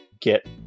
get